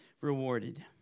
rewarded